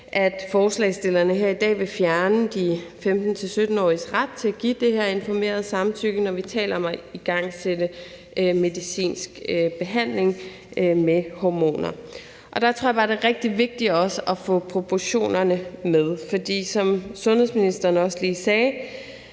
at forslagsstillerne her i dag vil fjerne de 15-17-åriges ret til at give det her informerede samtykke, når vi taler om at igangsætte medicinsk behandling med hormoner. Der tror jeg bare, det også er rigtig vigtigt at få proportionerne med, for som sundhedsministeren også lige sagde,